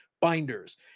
binders